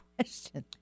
question